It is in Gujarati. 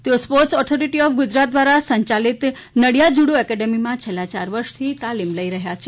તેઓ સ્પોર્ટ્સ ઓથોરિટી ઓફ ગુજરાત દ્વારા સંચાલિત નડિયાદ જુડો એકેડેમીમાં છેલ્લા ચાર વર્ષથી તાલીમ લઇ રહ્યા છે